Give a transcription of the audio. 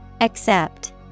Accept